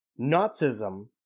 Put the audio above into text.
Nazism